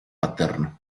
paterno